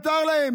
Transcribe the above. מותר להם.